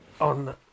on